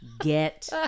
get